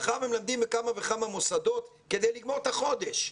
הם מלמדים בכמה וכמה מוסדות כדי לגמור את החודש,